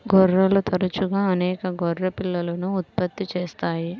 గొర్రెలు తరచుగా అనేక గొర్రె పిల్లలను ఉత్పత్తి చేస్తాయి